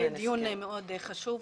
זה דיון מאוד חשוב.